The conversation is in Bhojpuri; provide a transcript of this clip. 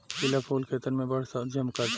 पिला फूल खेतन में बड़ झम्कता